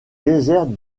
désert